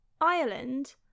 Ireland